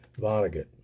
Vonnegut